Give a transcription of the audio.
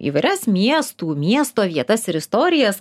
įvairias miestų miesto vietas ir istorijas